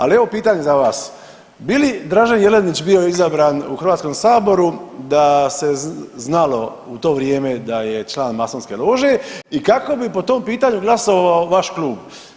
Ali evo pitanje za vas, bi li Dražen Jelinić bio izabran u Hrvatskom saboru da se znalo u to vrijeme da je član masonske lože i kako bi po tom pitanju glasovao vaš klub?